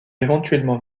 éventuellement